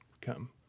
come